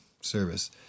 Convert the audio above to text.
service